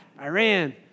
Iran